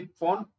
phone